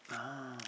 ah